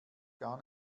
gar